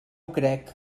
crec